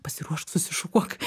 pasiruošk susišukuok